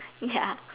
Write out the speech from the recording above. ya